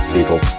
People